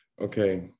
Okay